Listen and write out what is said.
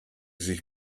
sich